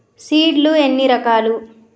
Seed లు ఎన్ని రకాలు?